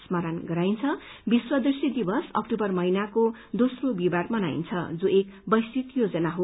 स्मरण गराइन्छ विश्व दृष्टि दिवस अक्तूबर महिनाको दोम्रो बिहीबार मनाइन्छ जो एक वैश्विक योजना हो